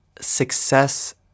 success